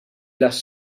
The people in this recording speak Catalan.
les